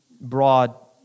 broad